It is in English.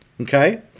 okay